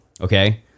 Okay